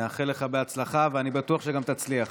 נאחל לך בהצלחה, ואני בטוח שגם תצליח.